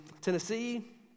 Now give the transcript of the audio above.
Tennessee